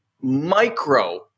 micro